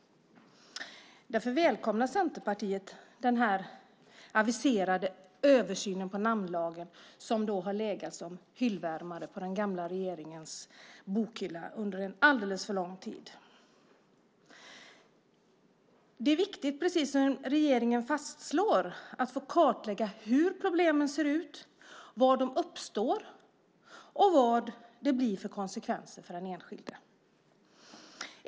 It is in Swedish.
Därför välkomnar Centerpartiet den aviserade översynen av namnlagen. Det här har ju under en alldeles för lång tid legat som en hyllvärmare i den gamla regeringens bokhylla. Precis som regeringen fastslår är det viktigt att få kartlägga problemen - hur de ser ut, var de uppstår och vilka konsekvenserna blir för den enskilde.